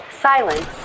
silence